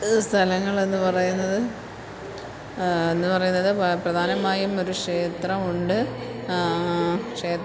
സ്ഥലങ്ങളെന്ന് പറയുന്നത് എന്ന്പറയുന്നത് പ്രധാനമായും ഒരു ക്ഷേത്രം ഉണ്ട് ക്ഷേത്രം